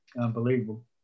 unbelievable